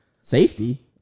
Safety